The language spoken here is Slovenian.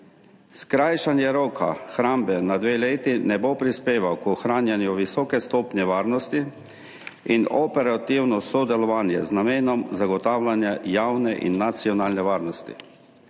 Skrajšanje roka hrambe na dve leti ne bo prispevalo k ohranjanju visoke stopnje varnosti in operativnemu sodelovanju z namenom zagotavljanja javne in nacionalne varnosti.